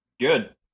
good